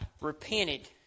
repented